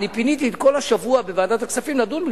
אני פיניתי את כל השבוע בוועדת הכספים לדון,